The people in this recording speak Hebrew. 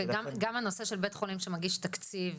גם הנושא של בית חולים שמגיש תקציב,